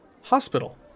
hospital